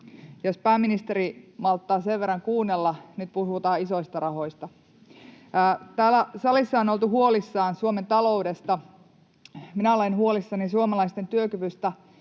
Jos pääministeri malttaa sen verran kuunnella, nyt puhutaan isoista rahoista. — Täällä salissa on oltu huolissaan Suomen taloudesta. Minä olen huolissani suomalaisten työkyvystä,